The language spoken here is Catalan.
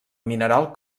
mineral